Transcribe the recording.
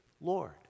Lord